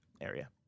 area